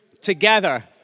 together